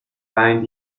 weilen